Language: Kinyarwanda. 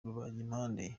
rubagimpande